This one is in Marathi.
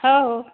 हो हो